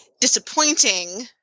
disappointing